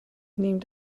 named